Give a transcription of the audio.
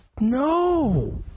No